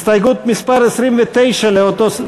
הסתייגות מס' 29 לאותו,